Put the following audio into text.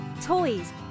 toys